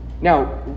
Now